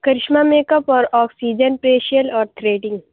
Karishma make up اور oxygen facial اور threading